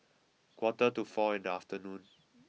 quarter to four in the afternoon